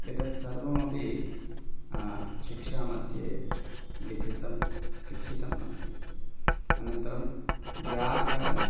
एतत् सर्वमपि शिक्षामध्ये लिखितं लिखितम् अस्ति अनन्तरं व्याकरणम्